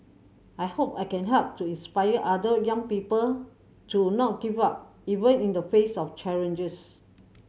I hope I can help to inspire other young people to not give up even in the face of challenges